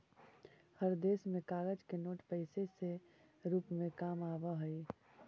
हर देश में कागज के नोट पैसे से रूप में काम आवा हई